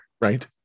Right